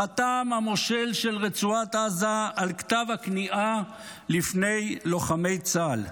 חתם המושל של רצועת עזה על כתב הכניעה לפני לוחמי צה"ל.